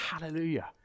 hallelujah